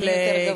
מי יותר גבוה,